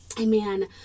Amen